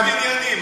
זה ניגוד עניינים,